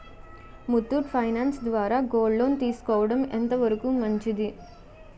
Muthoot finance ద్వారా gold loan తీసుకోవడం ఎంత వరకు మంచిది?